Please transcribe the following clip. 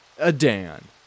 Adan